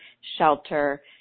shelter